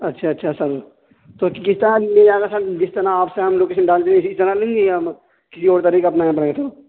اچھا اچھا سر تو کس طرح لیا جائے گا سر جس طرح آپ سے ہم لوکیشن ڈالتے ہی اس طرح لیں گے یا کسی اور طریقہ اپنانا پڑے گا